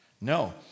No